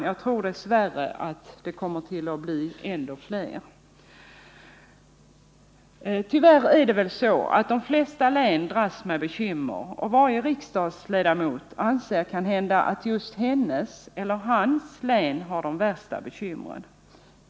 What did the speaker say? Jag tror dessvärre att det kommer att bli ännu fler. Tyvärr är det väl så att de flesta län dras med bekymmer, och varje riksdagsledamot anser kanhända att just hennes eller hans län har de värsta bekymren.